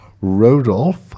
Rodolphe